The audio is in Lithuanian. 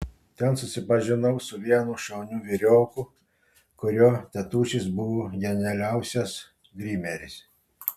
ten susipažinau su vienu šauniu vyrioku kurio tėtušis buvo genialiausias grimeris